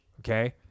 Okay